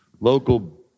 local